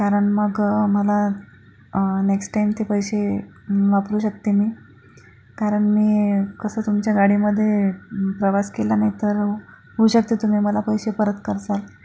कारण मग मला नेक्स्ट टाइम ते पैसे वापरू शकते मी कारण मी कसं तुमच्या गाडीमध्ये प्रवास केला नाही तर होऊ शकतं तुम्ही मला पैसे परत करसाल